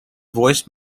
voiced